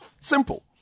Simple